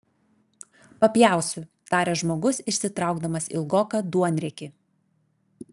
papjausiu tarė žmogus išsitraukdamas ilgoką duonriekį